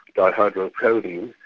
dihydrocodeine,